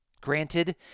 Granted